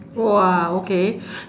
!wah! okay